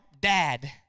dad